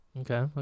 Okay